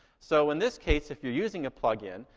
so in this case, if you're using a plugin,